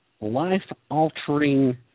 life-altering